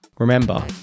Remember